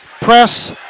press